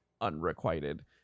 unrequited